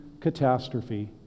catastrophe